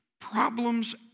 problems